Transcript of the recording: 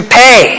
pay